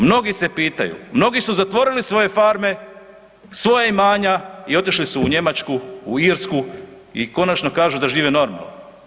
Mnogi se pitaju, mnogi su zatvorili svoje farme, svoja imanja i otišli su u Njemačku, u Irsku i konačno kažu da žive normalno.